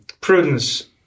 prudence